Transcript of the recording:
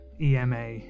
EMA